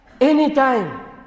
anytime